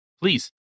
please